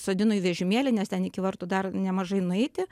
sodinu į vežimėlį nes ten iki vartų dar nemažai nueiti